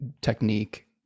technique